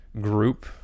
group